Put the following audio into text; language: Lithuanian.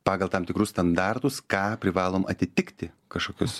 pagal tam tikrus standartus ką privalom atitikti kažkokius